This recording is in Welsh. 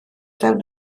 fewn